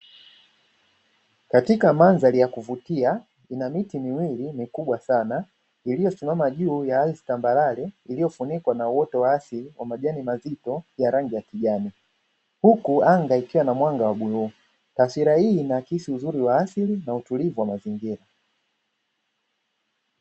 Katika mandhari ya kuvutia, ina miti miwili mikubwa sana, iliyosimama juu ya ardhi tambarare iliyofunikwa na uoto wa asili wa majani mazito yenye rangi ya kijani. Huku anga ikiwa na mwanga wa bluu. Taswira hii huakisi uzuri wa asili na utulivu wa mazingira.